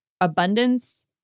abundance